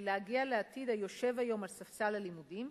להגיע לעתיד היושב היום על ספסל הלימודים,